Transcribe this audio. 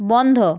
বন্ধ